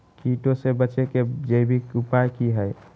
कीटों से बचे के जैविक उपाय की हैय?